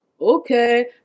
okay